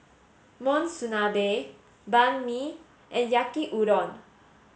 Monsunabe Banh Mi and Yaki udon